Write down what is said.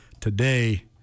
today